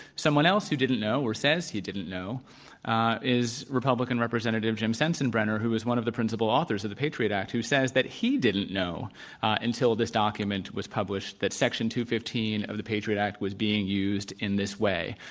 someone else who didn't know, or says he didn't know is republican representative jim sensenbrenner who was one of the principal authors of the patriot act, who says that he didn't know until this document was published that section two hundred and fifteen of the patriot act was being used in this way.